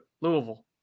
Louisville